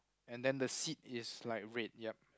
and then the seat is like red yup